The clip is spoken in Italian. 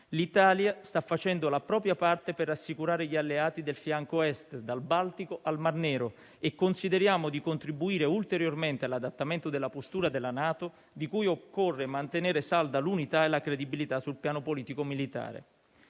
l'Italia sta facendo la propria parte per rassicurare gli alleati del fianco Est, dal Baltico al Mar Nero. E consideriamo di contribuire ulteriormente all'adattamento della postura della NATO, di cui occorre mantenere salda l'unità e la credibilità sul piano politico-militare.